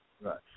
Right